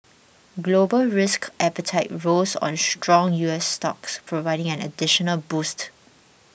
global risk appetite rose on strong U S stocks providing an additional boost